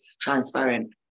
transparent